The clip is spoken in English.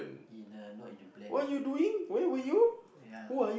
in a not in a plan ya